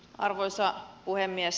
arvoisa puhemies